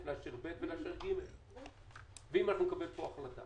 אם נקבל פה החלטה